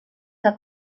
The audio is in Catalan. que